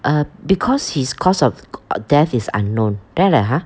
uh because his cause of death is unknown then I like !huh!